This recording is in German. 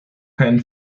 keinen